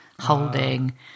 holding